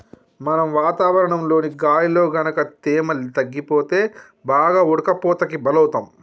మనం వాతావరణంలోని గాలిలో గనుక తేమ తగ్గిపోతే బాగా ఉడకపోతకి బలౌతాం